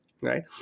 Right